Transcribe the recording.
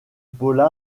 paula